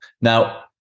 Now